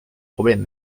problème